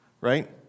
right